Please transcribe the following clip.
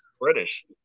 British